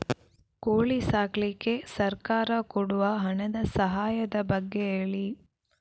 ಕೋಳಿ ಸಾಕ್ಲಿಕ್ಕೆ ಸರ್ಕಾರ ಕೊಡುವ ಹಣದ ಸಹಾಯದ ಬಗ್ಗೆ ಹೇಳಿ